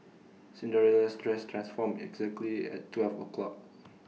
Cinderella's dress transformed exactly at twelve o'clock